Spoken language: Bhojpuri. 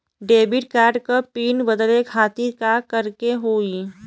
डेबिट कार्ड क पिन बदले खातिर का करेके होई?